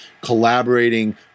collaborating